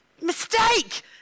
mistake